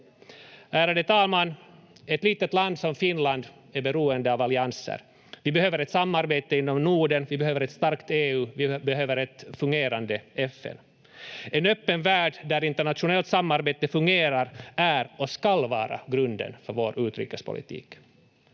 Ärade talman! Ett litet land som Finland är beroende av allianser. Vi behöver ett samarbete inom Norden, vi behöver ett starkt EU, vi behöver ett fungerande FN. En öppen värld där internationellt samarbete fungerar är och skall vara grunden för vår utrikespolitik.